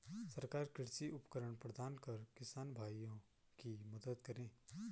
सरकार कृषि उपकरण प्रदान कर किसान भाइयों की मदद करें